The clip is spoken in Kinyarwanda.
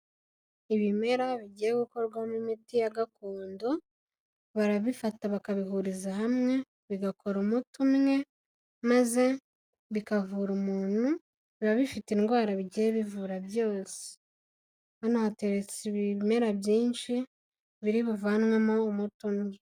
Ibimera bigiye gukorwamo imiti ya gakondo, barabifata bakabihuriza hamwe bigakora umuti umwe maze bikavura umuntu, biba bifite indwara bigiye bivura byose, hano hateretse ibimera byinshi biri buvanwemo umuti umwe.